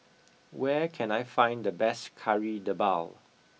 where can I find the best kari debal